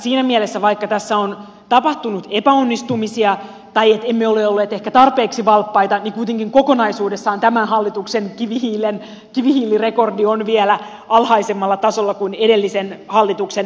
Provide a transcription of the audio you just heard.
siinä mielessä vaikka tässä on tapahtunut epäonnistumisia tai emme ole olleet ehkä tarpeeksi valppaita kuitenkin kokonaisuudessaan tämän hallituksen kivihiilirekordi on vielä alhaisemmalla tasolla kuin edellisen hallituksen